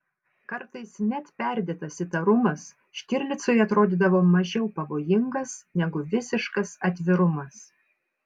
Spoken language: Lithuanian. kartais net perdėtas įtarumas štirlicui atrodydavo mažiau pavojingas negu visiškas atvirumas